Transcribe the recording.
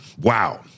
Wow